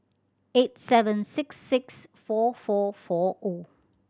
eight seven six six four four four O